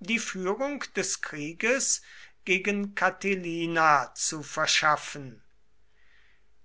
die führung des krieges gegen catilina zu verschaffen